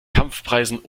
kampfpreisen